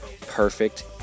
Perfect